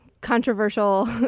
controversial